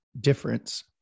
difference